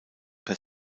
per